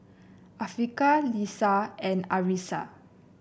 Afiqah Lisa and Arissa